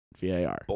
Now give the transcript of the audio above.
VAR